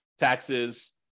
taxes